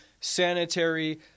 sanitary